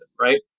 right